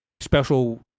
special